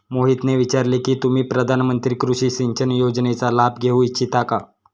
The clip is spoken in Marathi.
मोहितने विचारले की तुम्ही प्रधानमंत्री कृषि सिंचन योजनेचा लाभ घेऊ इच्छिता का?